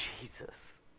Jesus